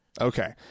Okay